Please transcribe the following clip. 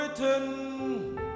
written